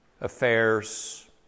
Affairs